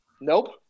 Nope